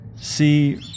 see